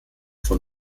von